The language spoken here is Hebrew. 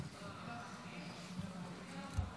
שלוש דקות לרשותך.